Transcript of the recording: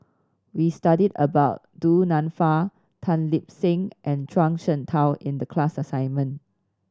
we studied about Du Nanfa Tan Lip Seng and Zhuang Shengtao in the class assignment